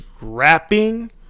rapping